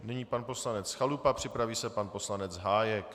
Nyní pan poslanec Chalupa a připraví se pan poslanec Hájek.